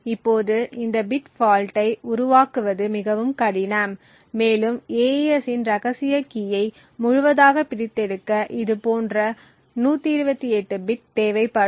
இப்போது இந்த பிட் ஃபால்ட்டை உருவாக்குவது மிகவும் கடினம் மேலும் AES இன் ரகசிய கீயை முழுவதுமாக பிரித்தெடுக்க இதுபோன்ற 128 பிட் தேவைப்படும்